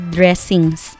dressings